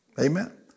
Amen